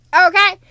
Okay